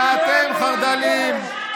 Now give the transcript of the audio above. הם לא סופרים אתכם אפילו שאתם חרד"לים.